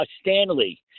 Stanley